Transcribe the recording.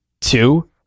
Two